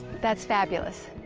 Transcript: that's fabulous.